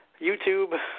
YouTube